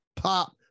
pop